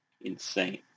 insane